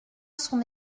son